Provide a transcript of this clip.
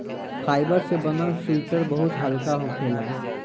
fibre से बनल sweater बहुत हल्का होखेला